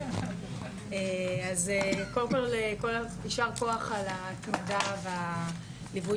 אז קודם כל יישר כח על התהודה ועל ליווי